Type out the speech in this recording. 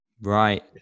Right